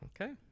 okay